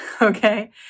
okay